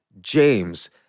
James